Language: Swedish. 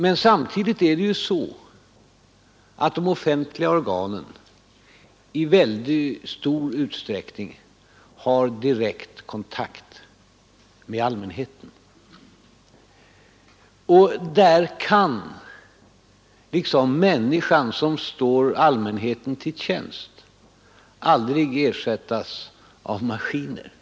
Men samtidigt har ju de offentliga organen i mycket stor utsträckning direkt kontakt med allmänheten, och där kan människan som står allmänheten till tjänst aldrig ersättas av maskiner.